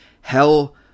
hell